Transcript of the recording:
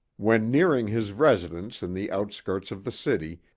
when nearing his residence in the outskirts of the city,